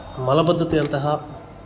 ಮಲಬದ್ಧತೆ ಅಂತಹ